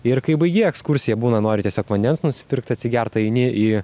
ir kai baigi ekskursiją būna nori tiesiog vandens nusipirkt atsigert eini į